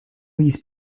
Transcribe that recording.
these